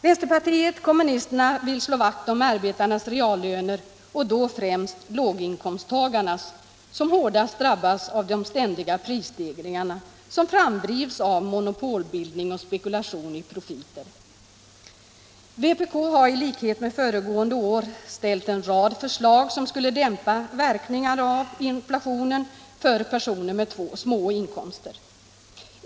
Vänsterpartiet kommunisterna vill slå vakt om arbetarnas reallöner, och då främst låginkomsttagarnas, eftersom låginkomsttagarna hårdast drabbas av de ständiga prisstegringar som drivs fram av monopolbildning och spekulation i profiter. Vpk har liksom i fjol framlagt en rad förslag som skulle dämpa verkningarna av inflationen för personer med två små inkomster.